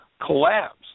collapse